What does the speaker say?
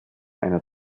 einer